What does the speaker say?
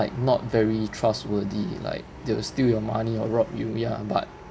like not very trustworthy like they will steal your money or rob you ya but